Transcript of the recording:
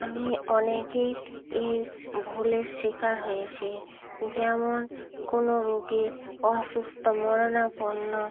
আমি অনেকে এ ভুলের শিকার হয়েছি যেমন কোনো রুগি অসুস্থ মরণাপন্ন